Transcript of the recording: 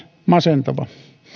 masentava